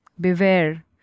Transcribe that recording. beware